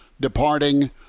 departing